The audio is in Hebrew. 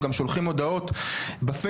הם גם שולחים הודעות בפייסבוק,